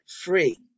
free